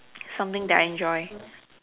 something that I enjoy